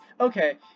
okay